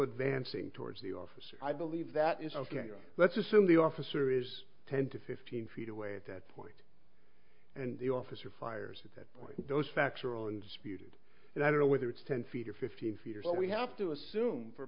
advancing towards the officer i believe that is ok let's assume the officer is ten to fifteen feet away at that point and the officer fires at that point those facts are on speed and i don't know whether it's ten feet or fifteen feet or so we have to assume for